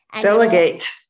Delegate